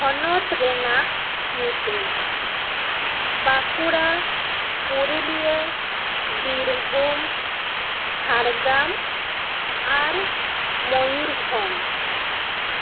ᱦᱚᱱᱚᱛ ᱨᱮᱱᱟᱜ ᱧᱩᱛᱩᱢ ᱵᱟᱸᱠᱩᱲᱟ ᱯᱩᱨᱩᱞᱤᱭᱟᱹ ᱵᱤᱨᱵᱷᱩᱢ ᱡᱷᱟᱲᱜᱨᱟᱢ ᱟᱨ ᱢᱚᱭᱩᱨᱵᱷᱚᱸᱡᱽ